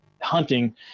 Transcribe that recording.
hunting